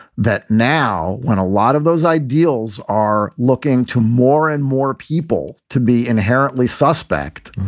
that now when a lot of those ideals are looking to more and more people to be inherently suspect.